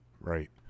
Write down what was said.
Right